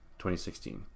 2016